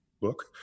book